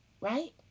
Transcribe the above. right